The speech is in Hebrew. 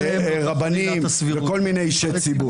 רבנים וכל מיני אישי ציבור.